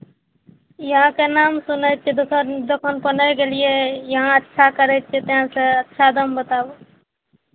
यहाँके नाम सुनै छियै दोसर दोकानपर नहि गेलियै यहाँ अच्छा करै छै ताहिसँ अच्छा दाम बताबू